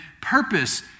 purpose